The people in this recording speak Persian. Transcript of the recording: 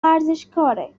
ورزشکاره